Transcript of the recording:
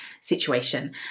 situation